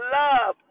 love